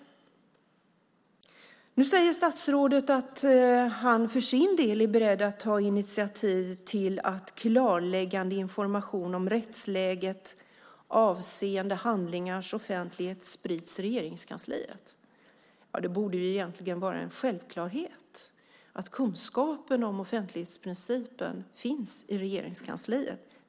Nu säger statsrådet att han för sin del är beredd att ta initiativ till att klarläggande information om rättsläget avseende handlingars offentlighet sprids i Regeringskansliet. Det borde egentligen vara en självklarhet att kunskapen om offentlighetsprincipen finns i Regeringskansliet.